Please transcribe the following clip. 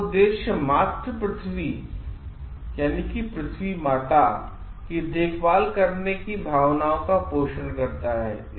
इसका उद्देश्य मातृ पृथ्वी की देखभाल करने की भावनाओं का पोषण करना है